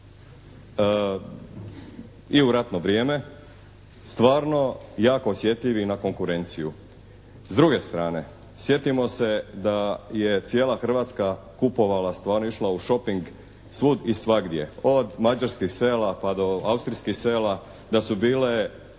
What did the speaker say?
i u ratno vrijeme stvarno osjetljivi na konkurenciju. S druge strane, sjetimo se da je cijela Hrvatska kupovala, stvarno išla u shoping svud i svagdje od mađarskih sela pa do austrijskih sela, da su bile